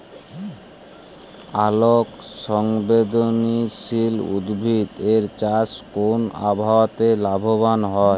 আলোক সংবেদশীল উদ্ভিদ এর চাষ কোন আবহাওয়াতে লাভবান হয়?